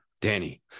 Danny